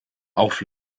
auf